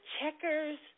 checkers